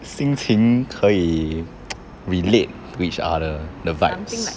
心情可以 relate to each other 的 vibes